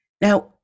now